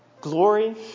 Glory